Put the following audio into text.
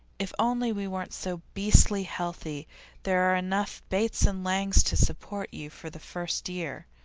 if only we weren't so beastly healthy there are enough bates and langs to support you for the first year.